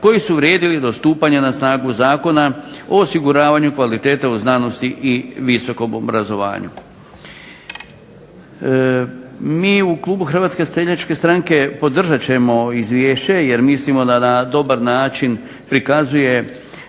koji su vrijedili do stupanja na snagu Zakona o osiguravanju kvalitete u znanosti i visokom obrazovanju. Mi u klubu Hrvatske seljačke stranke podržat ćemo izvješće jer mislimo da na dobar način prikazuje